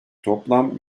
toplam